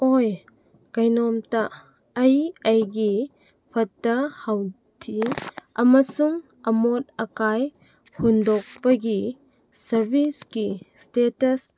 ꯑꯣꯏ ꯀꯩꯅꯣꯝꯇ ꯑꯩ ꯑꯩꯒꯤ ꯐꯠꯇ ꯍꯥꯎꯊꯤ ꯑꯃꯁꯨꯡ ꯑꯃꯣꯠ ꯑꯀꯥꯏ ꯍꯨꯟꯗꯣꯛꯄꯒꯤ ꯁꯥꯔꯕꯤꯁꯀꯤ ꯏꯁꯇꯦꯇꯁ